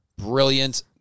Brilliant